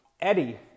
Eddie